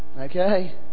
Okay